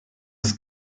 its